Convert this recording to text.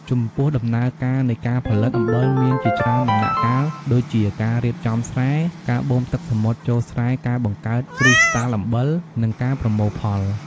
ចំពោះដំណើរការនៃការផលិតអំបិលមានជាច្រើនដំណាក់កាលដូចជា ការរៀបចំស្រែ ការបូមទឹកសមុទ្រចូលស្រែការបង្កើតគ្រីស្តាល់អំបិល និងការប្រមូលផល។